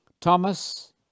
Thomas